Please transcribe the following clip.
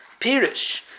pirish